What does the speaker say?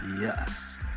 Yes